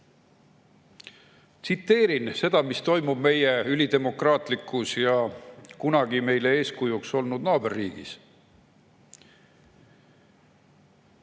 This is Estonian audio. Tsiteerin seda, mis toimub meie ülidemokraatlikus ja kunagi meile eeskujuks olnud naaberriigis.